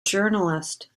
journalist